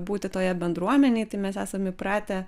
būti toje bendruomenėj tai mes esame įpratę